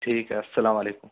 ٹھیک ہے السلام علیکم